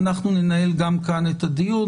אנחנו ננהל גם כאן את הדיון,